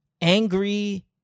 angry